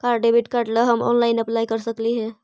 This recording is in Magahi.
का डेबिट कार्ड ला हम ऑनलाइन अप्लाई कर सकली हे?